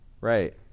Right